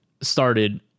started